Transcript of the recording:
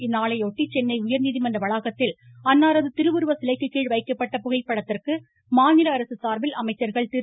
இந்நாளை ஒட்டி சென்னை உயர் நீதிமன்ற வளாகத்தில் அன்னாரது திருவுருவ சிலைக்கு கீழ் வைக்கப்பட்ட புகைப்படத்திற்கு மாநில அரசு சார்பில் அமைச்சர்கள் திரு